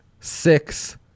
six